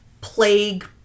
plague